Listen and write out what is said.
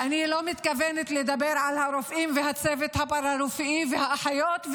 ואני לא מתכוונת לדבר על הרופאים והצוות הפארה-רפואי והאחיות,